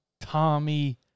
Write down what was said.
Tommy